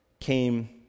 came